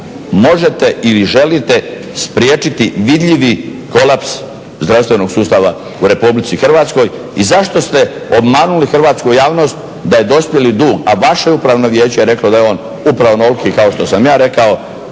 možete ili želite spriječiti vidljivi kolaps zdravstvenog sustava u RH i zašto ste obmanuli hrvatsku javnost da je dospjeli dug, a vaše upravno vijeće je reklo da je on upravo onoliki kao što sam ja rekao,